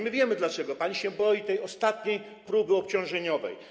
My wiemy dlaczego, bo pani boi się tej ostatniej próby obciążeniowej.